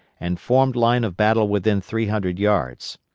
and formed line of battle within three hundred yards.